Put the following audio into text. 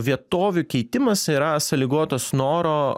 vietovių keitimas yra sąlygotas noro